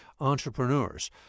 entrepreneurs